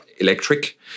electric